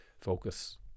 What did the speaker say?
focus